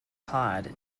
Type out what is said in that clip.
pod